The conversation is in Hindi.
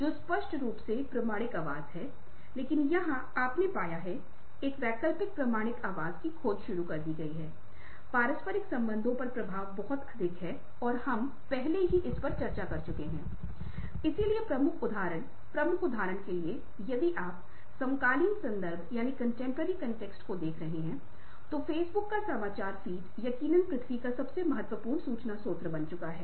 किसी को मार्केटिंग का ज्ञान वित्त ऑपरेशन आईटी एचआर सब कुछ सबसे अधिक उंगलियों में समझना होगा ताकि आप एक विशेष संदर्भ में एक विशेष शिकायत से संबंधित हो सकें और आप एक बेहतर समाधान का पता लगा सकें यदि आप मानवीय संबंधों में अच्छे हैं